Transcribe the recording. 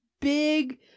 big